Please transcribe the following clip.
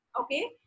okay